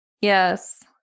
Yes